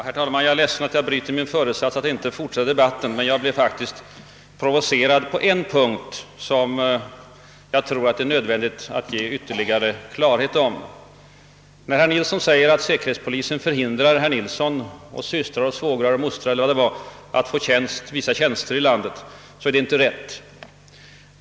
Herr talman! Jag är ledsen att jag bryter min föresats att inte fortsätta debatten, men jag blev provocerad på en punkt där jag tror det är nödvändigt att skapa ytterligare klarhet. Det är inte rätt som herr Nilsson i Gävle gör gällande att säkerhetspolisen hindrar herr Nilsson och systrar, svågrar och mostrar och allt vad det var från att få olika tjänster.